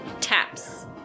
taps